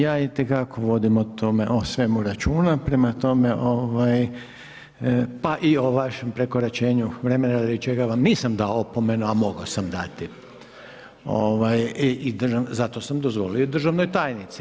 Ja itekako vodim o svemu računa prema tome pa i o vašem prekoračenju vremena radi čega vam nisam dao opomenu i mogao sam dati, zato sam dozvolio i državnoj tajnici.